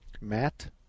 Matt